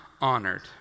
honored